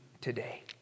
today